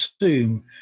assume